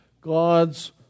God's